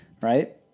Right